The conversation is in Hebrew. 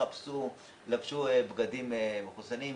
לבשו בגדים מחוסנים,